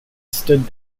stood